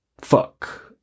fuck